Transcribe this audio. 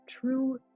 true